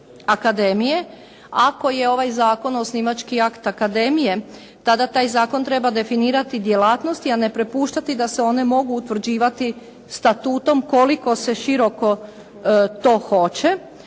akademije. Ako je ovaj zakon osnivački akt akademije tada taj zakon treba definirati djelatnosti a ne prepuštati da se one mogu utvrđivati statutom koliko se široko to hoće